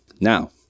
Now